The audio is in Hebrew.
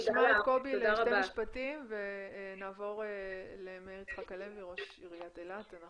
נשמע את קובי לשני משפטים ונעבור למאיר יצחק הלוי ראש עירית אילת.